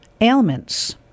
ailments